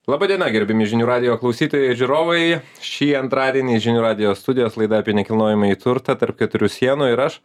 laba diena gerbiami žinių radijo klausytojai žiūrovai šį antradienį žinių radijo studijos laida apie nekilnojamąjį turtą tarp keturių sienų ir aš